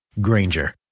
Granger